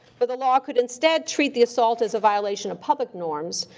for the law could, instead, treat the assault as a violation of public norms,